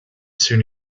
soon